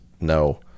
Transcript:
no